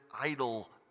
idol